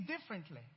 differently